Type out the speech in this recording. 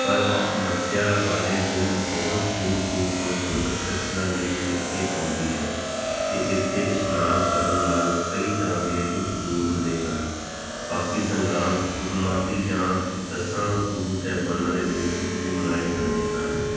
ਪਰ ਮੱਸਿਆ ਵਾਲੇ ਦਿਨ ਬਹੁਤ ਦੂਰ ਦੂਰ ਤੋਂ ਸੰਗਤ ਦਰਸ਼ਨਾਂ ਲਈ ਇੱਥੇ ਆਉਂਦੀ ਹੈ ਅਤੇ ਇੱਥੇ ਇਸ਼ਨਾਨ ਕਰਨ ਨਾਲ ਕਈ ਤਰ੍ਹਾਂ ਦੇ ਦੁੱਖ ਦੂਰ ਹੁੰਦੇ ਹਨ ਬਾਕੀ ਸੰਗਰਾਂਦ ਪੂਰਨਮਾਸੀ ਜਾਂ ਦਸਾਂ ਗੁਰੂ ਸਾਹਿਬਾਨਾਂ ਦੇ ਗੁਰਪੁਰਬ ਵੀ ਮਨਾਏ ਜਾਂਦੇ ਹਨ